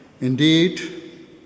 Indeed